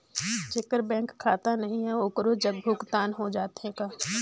जेकर बैंक खाता नहीं है ओकरो जग भुगतान हो जाथे?